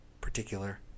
particular